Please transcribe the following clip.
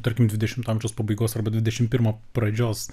tarkim dvidešimto amžiaus pabaigos arba dvidešimt pirmo pradžios